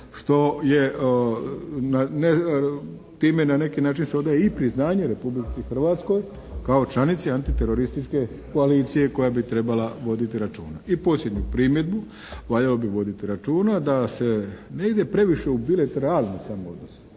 što je time na neki način se odaje i priznanje Republici Hrvatskoj kao članici anti terorističke koalicije koja bi trebala voditi računa. I posljednju primjedbu valjalo bi voditi računa da se ne ide previše u bilateralni sam odnos,